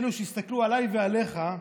אלו שהסתכלו עליי ועליך,